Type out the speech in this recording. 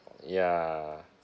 ya